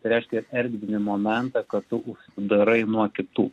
tai reiškia erdvinį momentą kad tu užsidarai nuo kitų